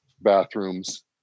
bathrooms